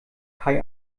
kai